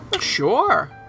Sure